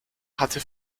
hatte